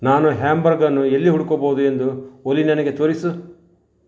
ನಾನು ಹ್ಯಾಂಬರ್ಗರ್ ಅನ್ನು ಎಲ್ಲಿ ಹುಡುಕಬಹುದು ಎಂದು ಓಲಿ ನನಗೆ ತೋರಿಸು